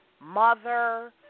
mother